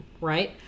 right